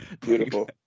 Beautiful